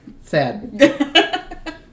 sad